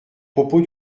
propos